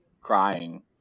crying